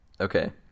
Okay